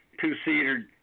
two-seater